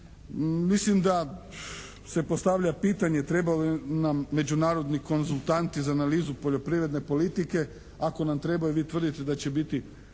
Mislim da se postavlja pitanje treba li nam međunarodni konzultanti za analizu poljoprivredne politike. Ako nam trebaju, vi tvrdite da će biti